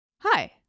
hi